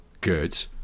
Good